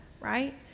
right